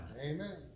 Amen